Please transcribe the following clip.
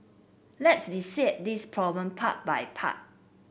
let's dissect this problem part by part